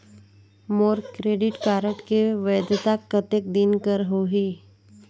मोर credit card के वैधता कतेक दिन कर होही?